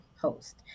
host